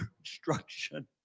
instruction